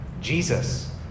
Jesus